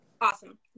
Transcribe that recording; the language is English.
Awesome